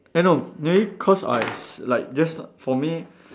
eh no maybe cause I s~ like just for me